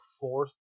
fourth